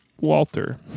Walter